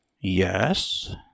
Yes